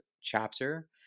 chapter